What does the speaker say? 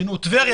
כמו בטבריה,